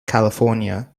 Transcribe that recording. california